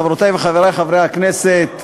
חברותי וחברי חברי הכנסת,